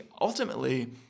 ultimately